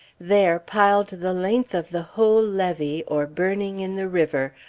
there, piled the length of the whole levee, or burning in the river,